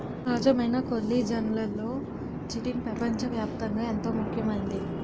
సహజమైన కొల్లిజన్లలో చిటిన్ పెపంచ వ్యాప్తంగా ఎంతో ముఖ్యమైంది